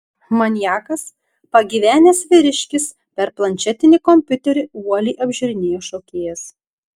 maniakas pagyvenęs vyriškis per planšetinį kompiuterį uoliai apžiūrinėjo šokėjas